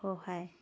সহায়